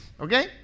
okay